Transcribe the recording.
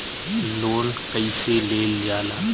Loan कईसे लेल जाला?